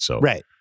Right